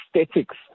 aesthetics